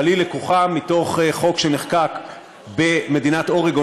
אבל היא לקוחה מחוק שנחקק במדינת אורגון